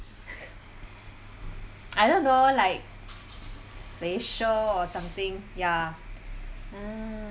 I don't know like bayshore or something ya mm